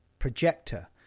projector